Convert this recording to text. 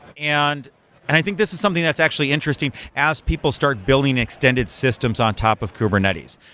and and i think this is something that's actually interesting as people start building extended systems on top of kubernetes,